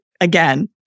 again